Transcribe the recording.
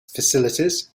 facilities